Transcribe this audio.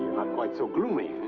quite so gloomy!